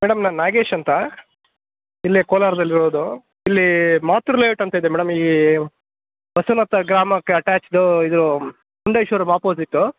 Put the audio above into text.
madam ನಾನು ನಾಗೇಶ್ ಅಂತಾ ಇಲ್ಲಿಯೇ ಕೋಲಾರದಲ್ಲಿರೋದು ಇಲ್ಲೀ ಮಾತೃ ಲೇ ಔಟ್ ಅಂತ ಇದೆ ಮೇಡಮ್ ಈ ಗ್ರಾಮಕ್ಕೆ ಅಟ್ಯಾಚ್ಡೂ ಇದೂ ಹುಂಡೈ ಶೋರೂಮ್ ಅಪೋಸಿಟ್ಟು